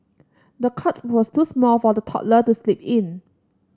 the cot was too small for the toddler to sleep in